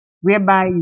whereby